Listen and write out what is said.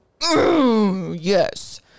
yes